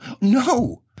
No